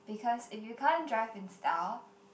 because if you can't drive in style